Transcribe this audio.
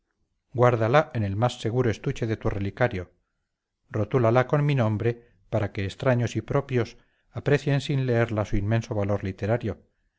guárdala en el más seguro estuche de tu relicario rotúlala con mi nombre para que extraños y propios aprecien sin leerla su inmenso valor literario